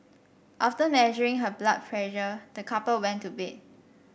after measuring her blood pressure the couple went to bed